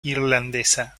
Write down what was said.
irlandesa